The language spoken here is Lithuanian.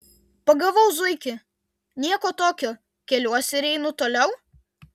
pagavau zuikį nieko tokio keliuosi ir einu toliau